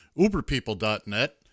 uberpeople.net